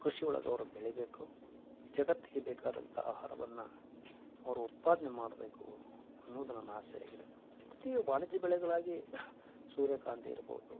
ಕೃಷಿವೊಳಗೆ ಅವ್ರು ಬೆಳಿಬೇಕು ಜಗತ್ತಿಗೆ ಬೇಕಾದಂಥ ಆಹಾರವನ್ನು ಅವರು ಉತ್ಪಾದನೆ ಮಾಡಬೇಕು ಅನ್ನೋದು ನನ್ನ ಆಸೆಯಾಗಿದೆ ವಾಣಿಜ್ಯ ಬೆಳೆಗಳಾಗಿ ಸೂರ್ಯಕಾಂತಿ ಇರ್ಬೋದು